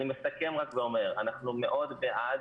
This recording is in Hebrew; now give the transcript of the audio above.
אני רק מסכם ואומר שאנחנו מאוד בעד